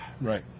Right